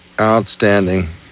Outstanding